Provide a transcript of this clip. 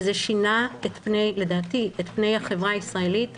וזה שינה לדעתי את פני החברה הישראלית.